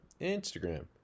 Instagram